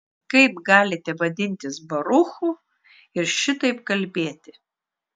kaip galite vadintis baruchu ir šitaip kalbėti